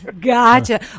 gotcha